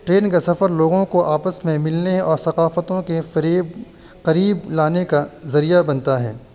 train کا سفر لوگوں کو آپس میں ملنے اور ثقافتوں کے قریب قریب لانے کا ذریعہ بنتا ہے